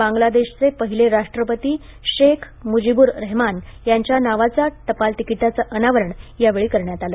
बांग्लादेशचे पहिले राष्ट्रपती शेख मुजिबुर रहमान यांच्या नावाचं टपाल तिकीटाचं अनावरण यावेळी करण्यात आलं